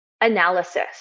analysis